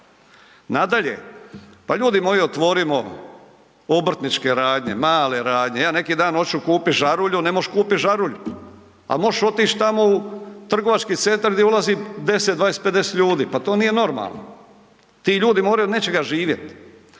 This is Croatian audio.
Nadalje, pa ljudi moji otvorimo obrtničke radnje, male radnje. Ja neki dan oću kupit žarulju, ne možeš kupit žarulju, a možeš otić tamo u trgovački centar gdje ulazi 10, 20, 50 ljudi, pa to nije normalno. Ti ljudi moraju od nečega živjet.